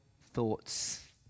thoughts